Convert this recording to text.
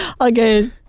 okay